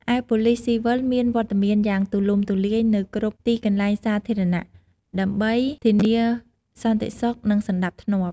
ឯប៉ូលិសស៊ីវិលមានវត្តមានយ៉ាងទូលំទូលាយនៅគ្រប់ទីកន្លែងសាធារណៈដើម្បីធានាសន្តិសុខនិងសណ្ដាប់ធ្នាប់។